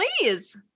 Please